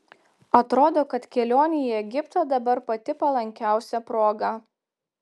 atrodo kad kelionei į egiptą dabar pati palankiausia proga